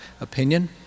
opinion